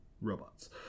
robots